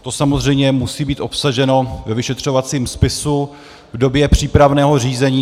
To samozřejmě musí být obsaženo ve vyšetřovacím spisu v době přípravného řízení.